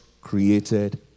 created